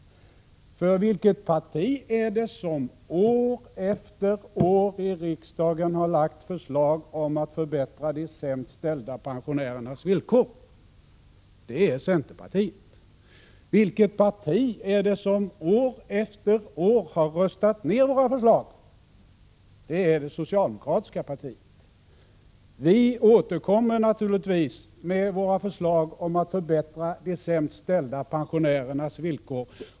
Vilket parti är det som år efter år i riksdagen har lagt fram förslag om att förbättra de sämst ställda pensionärernas villkor? Det är centerpartiet. Vilket parti är det som år efter år har röstat ned våra förslag? Det är det socialdemokratiska partiet. Vi återkommer naturligtvis med våra förslag om att förbättra de sämst ställda pensionärernas villkor.